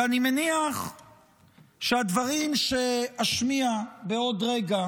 כי אני מניח שהדברים שאשמיע בעוד רגע